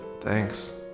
thanks